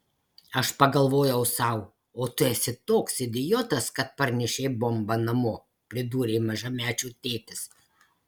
aš pagalvojau sau o tu esi toks idiotas kad parnešei bombą namo pridūrė mažamečių tėtis